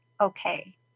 okay